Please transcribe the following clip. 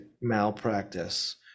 malpractice